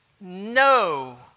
no